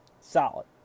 Solid